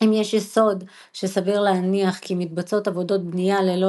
אם יש יסוד שסביר להניח כי מתבצעות עבודות בנייה ללא